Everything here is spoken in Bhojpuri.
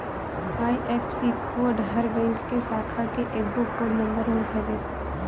आई.एफ.एस.सी कोड हर बैंक के शाखा के एगो कोड नंबर होत हवे